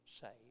saved